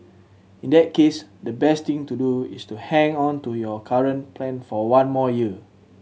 in that case the best thing to do is to hang on to your current plan for one more year